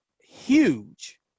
huge